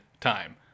time